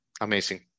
amazing